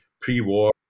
pre-war